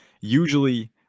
usually